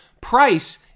Price